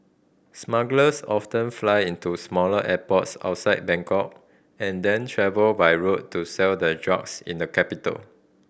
smugglers often fly into smaller airports outside Bangkok and then travel by road to sell their drugs in the capital